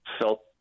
felt